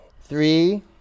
three